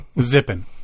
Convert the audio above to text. zipping